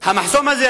המחסום הזה,